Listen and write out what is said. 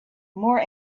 more